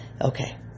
Okay